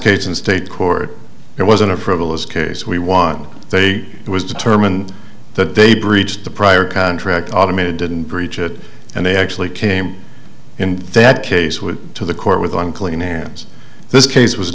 case in state court there was an approval as case we won they it was determined that they breached the prior contract automated didn't breach it and they actually came in that case was to the court with unclean hands this case was